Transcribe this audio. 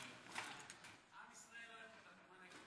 הינני מתכבדת